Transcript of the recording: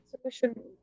solution